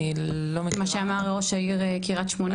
מה שאמר ראש העיר קריית שמונה?